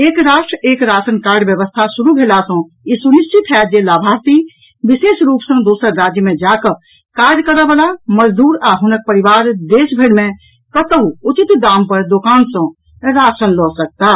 एक राष्ट्र एक राशन कार्ड व्यवस्था शुरू भेला सॅ ई सुनिश्चित होयत जे लाभार्थी विशेष रूप सॅ दोसर राज्य मे जाकऽ काज करऽ वला मजदूर आ हुनक परिवार देश भरि मे कतहु उचित दाम पर दोकान सॅ राशन लऽ सकताह